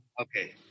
Okay